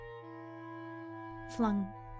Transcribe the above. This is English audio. flung